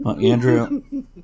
Andrew